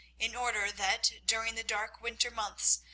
in order that, during the dark winter months,